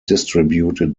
distributed